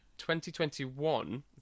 2021